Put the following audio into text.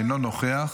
אינו נוכח.